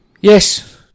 Yes